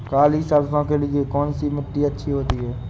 काली सरसो के लिए कौन सी मिट्टी अच्छी होती है?